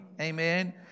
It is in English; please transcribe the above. Amen